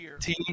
team